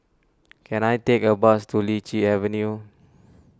can I take a bus to Lichi Avenue